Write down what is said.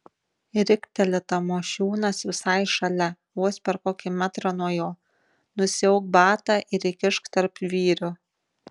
rikteli tamošiūnas visai šalia vos per kokį metrą nuo jo nusiauk batą ir įkišk tarp vyrių